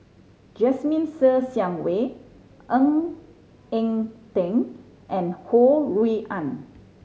Jasmine Ser Xiang Wei Ng Eng Teng and Ho Rui An